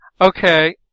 okay